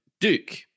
Duke